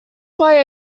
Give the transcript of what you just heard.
why